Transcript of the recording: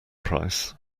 price